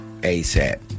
ASAP